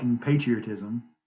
patriotism